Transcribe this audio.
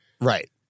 Right